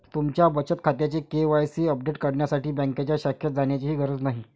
तुमच्या बचत खात्याचे के.वाय.सी अपडेट करण्यासाठी बँकेच्या शाखेत जाण्याचीही गरज नाही